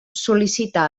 sol·licita